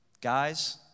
Guys